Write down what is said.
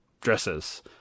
dresses